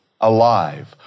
alive